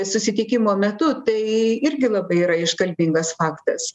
susitikimo metu tai irgi labai yra iškalbingas faktas